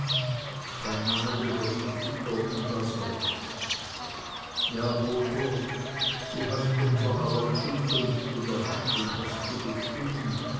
dann nahm er den brief wieder und las weiter ja botho du hast unser aller zukunft in der hand und hast zu bestimmen